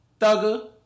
Thugger